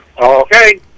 Okay